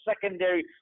secondary